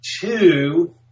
two